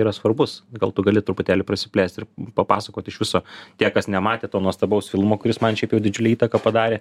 yra svarbus gal tu gali truputėlį prasiplėst ir papasakot iš viso tie kas nematė to nuostabaus filmo kuris man šiaip jau didžiulę įtaką padarė